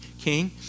king